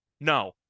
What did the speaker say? No